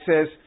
says